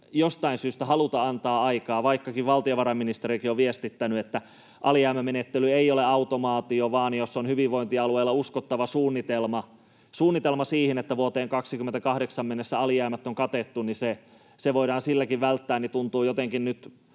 jostain syystä haluta antaa aikaa, vaikka valtiovarainministeriökin on viestittänyt, että alijäämämenettely ei ole automaatio, vaan jos hyvinvointialueella on uskottava suunnitelma siihen, että vuoteen 28 mennessä alijäämät on katettu, niin se voidaan silläkin välttää. Tuntuu jotenkin nyt